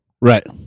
Right